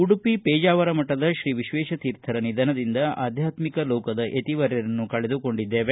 ಉಡುಪಿ ಪೇಜಾವರ ಮಠದ ಶ್ರೀ ವಿಶ್ವೇಶ ತೀರ್ಥರ ನಿಧನದಿಂದ ಆಧ್ಯಾತ್ಮಿಕ ಲೋಕದ ಯತಿವರ್ಯರನ್ನು ಕಳೆದುಕೊಂಡಿದ್ದೇವೆ